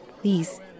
Please